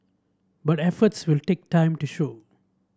but efforts will take time to show